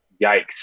yikes